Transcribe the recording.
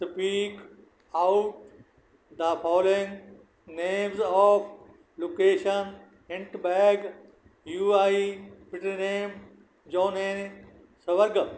speak out the following names of location ਇੰਟ ਬੈਗ ਯੂਆਈ ਪਿਟਰੇਨ ਜੋਨੇ ਸਵਰਗ